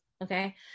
okay